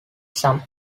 some